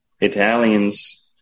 Italians